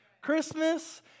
Christmas